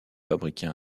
fabriquer